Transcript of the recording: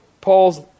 Paul's